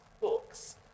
books